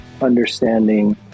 understanding